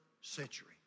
century